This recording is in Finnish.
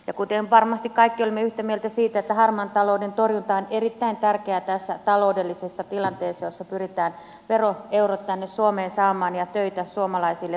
ja varmasti kaikki olemme yhtä mieltä siitä että harmaan talouden torjunta on erittäin tärkeää tässä taloudellisessa tilanteessa jossa pyritään veroeurot tänne suomeen saamaan ja töitä suomalaisille työntekijöille